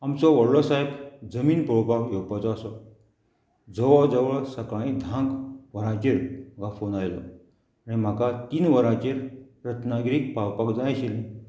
आमचो व्हडलो सायब जमीन पळोवपाक येवपाचो आसा जवळ जवळ सकाळी धांक वरांचेर म्हाका फोन आयलो आनी म्हाका तीन वरांचेर रत्नागिरीक पावपाक जाय आशिल्ली